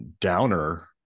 downer